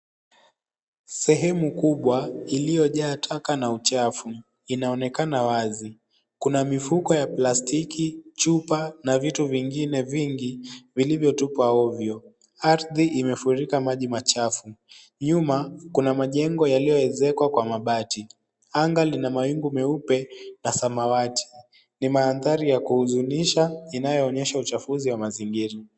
Sehemu kubwa iliyojaa taka na uchafu inaonekana wazi. Kuna mifuko ya plastiki, chupa na vitu vingine vingi vilivyotupwa ovyo. Ardhi imefurika maji machafu. Nyuma kuna majengo yaliyoezekwa kwa mabati. Anga lina mawingu meupe na samawati. Ni mandhari ya kuhuzunisha inayoonyesha uchafuzi wa mazingira.